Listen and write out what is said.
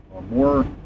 more